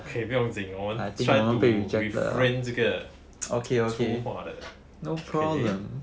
okay 不用紧我们 try to refrain 这个 粗话的